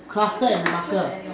cluster and marker